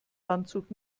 landshut